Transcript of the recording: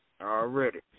Already